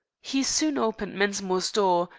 he soon opened mensmore's door,